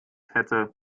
hätte